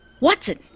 Watson